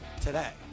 today